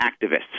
activists